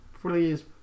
Please